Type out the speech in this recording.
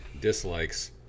Dislikes